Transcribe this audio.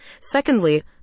Secondly